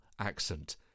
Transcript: accent